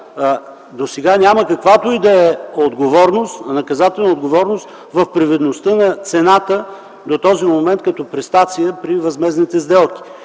Досега няма каквато и да е наказателна отговорност в привидността на цената до този момент като престация при възмездните сделки